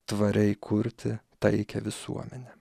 tvariai kurti taikią visuomenę